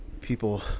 People